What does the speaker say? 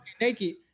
naked